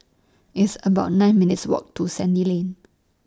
It's about nine minutes' Walk to Sandy Lane